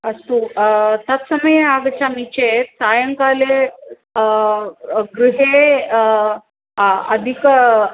अस्तु तत्समये आगच्छामि चेत् सायङ्काले गृहे अधिक